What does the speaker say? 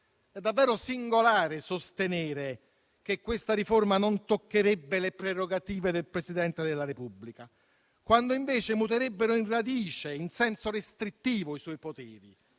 È davvero singolare sostenere che questa riforma non toccherebbe le prerogative del Presidente della Repubblica, quando invece muterebbero in radice in senso restrittivo i suoi poteri,